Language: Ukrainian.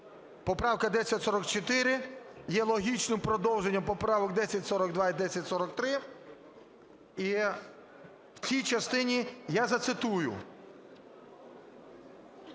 поправка 1044 є логічним продовженням поправок 1042 і 1043. І в цій частині я зацитую,